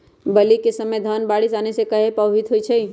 बली क समय धन बारिस आने से कहे पभवित होई छई?